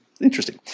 Interesting